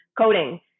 coding